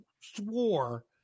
swore